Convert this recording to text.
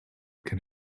can